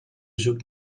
zoekt